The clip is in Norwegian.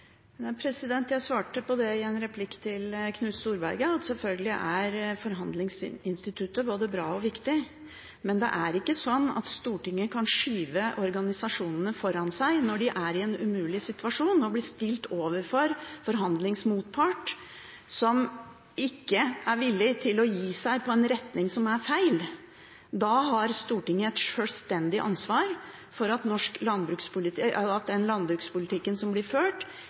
Jeg svarte på det i en replikk til Knut Storberget, at selvfølgelig er forhandlingsinstituttet både bra og viktig, men det er ikke slik at Stortinget kan skyve organisasjonene foran seg når de er i en umulig situasjon og blir stilt overfor en forhandlingsmotpart som ikke er villig til å gi seg på en retning som er feil. Da har Stortinget et sjølstendig ansvar for at den landbrukspolitikken som blir ført,